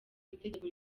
itegeko